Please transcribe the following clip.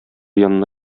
янына